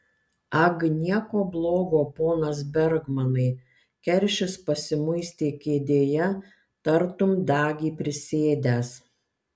ag nieko blogo ponas bergmanai keršis pasimuistė kėdėje tartum dagį prisėdęs